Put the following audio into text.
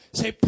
say